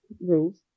rules